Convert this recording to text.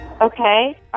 Okay